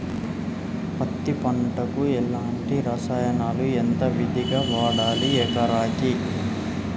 పత్తి పంటకు ఎలాంటి రసాయనాలు మరి ఎంత విరివిగా వాడాలి ఎకరాకి?